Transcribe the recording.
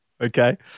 Okay